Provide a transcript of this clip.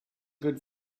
good